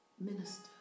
Minister